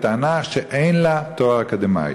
בטענה שאין לה תואר אקדמי.